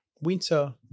winter